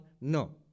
no